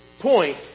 point